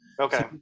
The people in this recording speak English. Okay